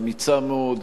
אמיצה מאוד,